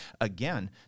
Again